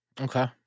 Okay